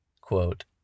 Quote